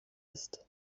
ist